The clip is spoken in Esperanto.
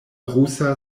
rusa